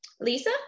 Lisa